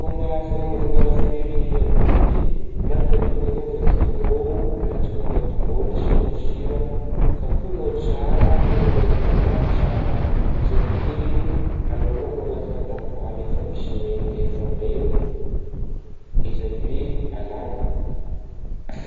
Fômba fanagnaovagna firiry atody, malaka atody anao vakiagnao alatsakagnao anaty bôligna asianao sira kapohignao tsara ataonao miaroharo tsara ,izy avy eo ka andrahoagnao anatinà lapoaly efa misy megnaka efa may o izy avy eo alagnao.